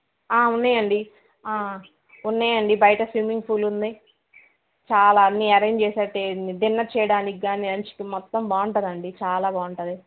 ఉన్నాయండి ఉన్నాయండి బయట స్విమ్మింగ్ ఫూల్ ఉంది చాలా అన్ని అరేంజ్ చేశారు టే డిన్నర్ చేయడానికి కానీ లంచ్కి మొత్తం బాగుంటుంది అండి చాలా బాగుంటుంది